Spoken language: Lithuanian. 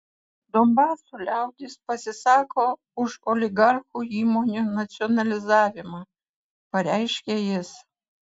donbaso liaudis pasisako už oligarchų įmonių nacionalizavimą pareiškė jis